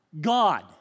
God